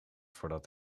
voordat